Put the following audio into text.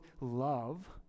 love